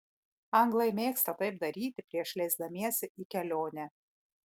anglai mėgsta taip daryti prieš leisdamiesi į kelionę